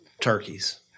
turkeys